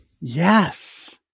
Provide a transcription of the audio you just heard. Yes